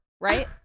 right